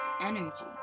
energy